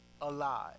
alive